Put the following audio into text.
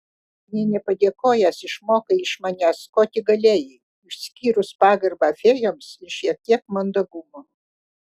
nė nepadėkojęs išmokai iš manęs ko tik galėjai išskyrus pagarbą fėjoms ir šiek tiek mandagumo